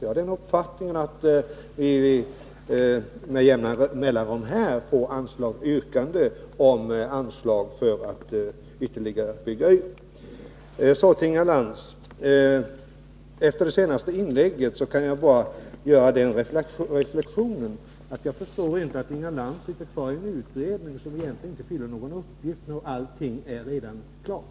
Jag har fått uppfattningen att vi här med jämna mellanrum får yrkanden om anslag för ytterligare utbyggnad. Så till Inga Lantz. Efter hennes sista inlägg kan jag göra den reflexionen att jag inte förstår att Inga Lantz sitter kvar i en utredning som egentligen inte fyller någon uppgift, eftersom allting redan är klart.